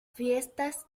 fiestas